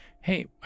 hey